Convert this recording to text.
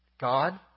God